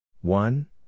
One